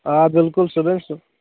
آ بِلکُل سُہ روزِ سُہ